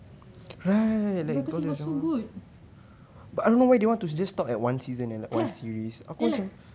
oh my god it was so good kan then like